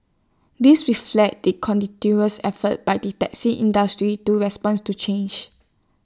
this reflects the continuous efforts by the taxi industry to respond to changes